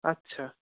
আচ্ছা